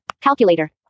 Calculator